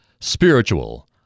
Spiritual